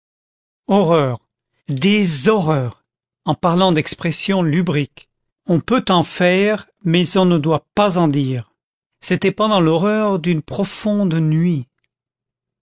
horreur des horreurs en parlant d'expressions lubriques on peut en faire mais on ne doit pas en dire c'était pendant l'horreur d'une profonde nuit